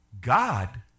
God